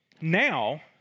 now